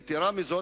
יתירה מזו,